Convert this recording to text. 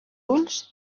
ulls